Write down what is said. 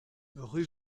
rue